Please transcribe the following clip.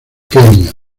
kenia